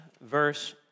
verse